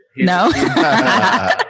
No